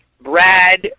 Brad